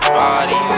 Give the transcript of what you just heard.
body